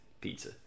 pizza